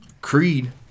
Creed